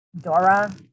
Dora